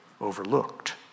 overlooked